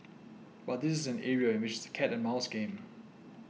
but this is an area in which it's a cat and mouse game